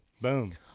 Boom